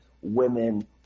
women